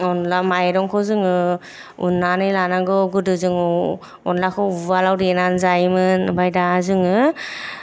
अनला माइरंखौ जोङो उन्नानै लानांगौ गोदो जोङो अनलाखौ उवालाव देनानै जायोमोन ओमफ्राय दा जोङो